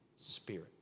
spirit